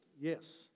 Yes